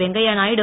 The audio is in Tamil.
வெங்கய்ய நாயுடு